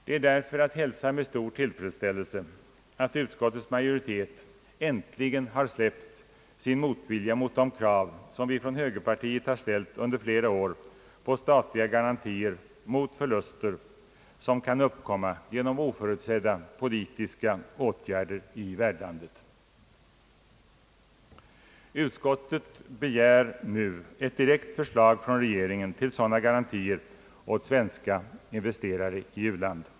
Det är därför att hälsa med stor tillfredsställelse, att utskottets majoritet äntligen har släppt sin mot-. vilja mot de krav, som vi från högerpartiet har ställt under flera år på statliga garantier mot förluster som kan uppkomma genom oförutsedda politiska åtgärder i värdlandet. Utskottet begär nu ett direkt förslag från regeringen till sådana garantier åt svenska investerare i u-land.